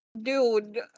dude